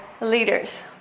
leaders